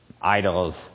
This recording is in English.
idols